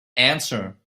answer